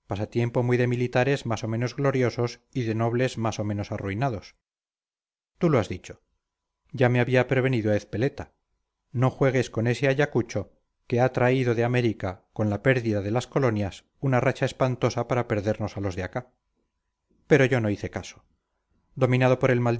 pasatiempo muy de militares más o menos gloriosos y de nobles más o menos arruinados tú lo has dicho ya me había prevenido ezpeleta no juegues con ese ayacucho que ha traído de américa con la pérdida de las colonias una racha espantosa para perdernos a los de acá pero yo no hice caso dominado por el